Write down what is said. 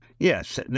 Yes